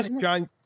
John